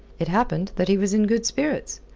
it happened that he was in good spirits.